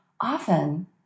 often